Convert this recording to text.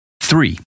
Three